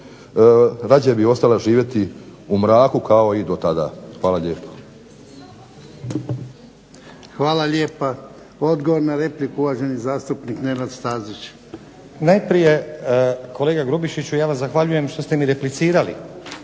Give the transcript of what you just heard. rađe bi ostala živjeti u mraku kao i do tada. Hvala lijepo. **Jarnjak, Ivan (HDZ)** Hvala lijepa. Odgovor na repliku uvaženi zastupnik Nenad Stazić. **Stazić, Nenad (SDP)** Najprije kolega Grubišiću ja vam zahvaljujem što ste mi replicirali